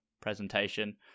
presentation